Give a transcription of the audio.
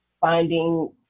finding